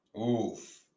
Oof